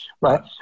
right